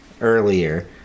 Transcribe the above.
earlier